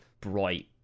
bright